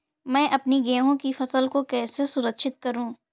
मैं अपनी गेहूँ की फसल को कैसे सुरक्षित करूँ?